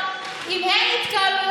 איילת,